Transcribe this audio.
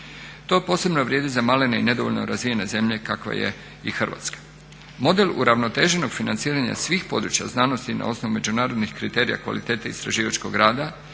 To posebno vrijedi za malene i nedovoljno razvijene zemlje kakva je i Hrvatska. Model uravnoteženog financiranja svih područja znanosti na osnovu međunarodnih kriterija kvalitete istraživačkog rada